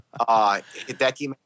Hideki